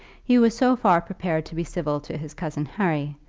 he was so far prepared to be civil to his cousin harry,